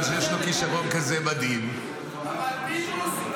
מכיוון שיש לו כישרון כזה מדהים --- אבל פינדרוס,